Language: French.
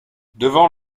devant